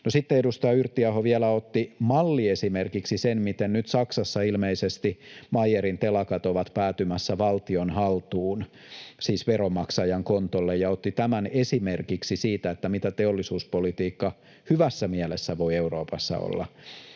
sitten edustaja Yrttiaho vielä otti malliesimerkiksi sen, miten nyt Saksassa ilmeisesti Meyerin telakat ovat päätymässä valtion haltuun, siis veronmaksajan kontolle, ja otti tämän esimerkiksi siitä, mitä teollisuuspolitiikka hyvässä mielessä voi Euroopassa olla.